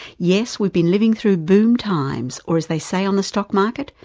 yes we've been living through boom times, or as they say on the stock market,